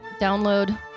Download